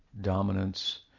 dominance